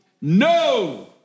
No